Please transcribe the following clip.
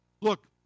Look